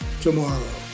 tomorrow